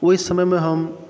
ओहि समयमे हम